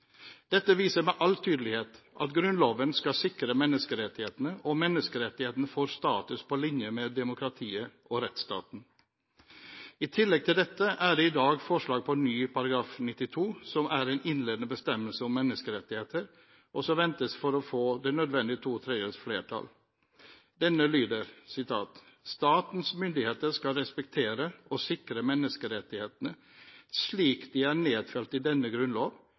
Dette viser med all tydelighet at Grunnloven skal sikre menneskerettighetene, og menneskerettighetene får status på linje med demokratiet og rettsstaten. I tillegg til dette er det i dag forslag til ny § 92, som er en innledende bestemmelse om menneskerettigheter, og som forventes å få det nødvendige to tredjedels flertall. Denne lyder: «Statens myndigheter skal respektere og sikre menneskerettighetene slik de er nedfelt i denne grunnlov